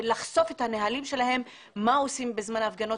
לחשוף את הנהלים שלהם ולדעת מה עושים בזמן הפגנות,